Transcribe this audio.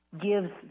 gives